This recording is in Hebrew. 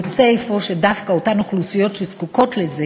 יוצא אפוא שדווקא אותן אוכלוסיות שזקוקות לזה